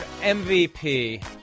MVP